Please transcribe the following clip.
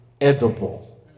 edible